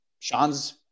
Sean's